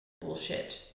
bullshit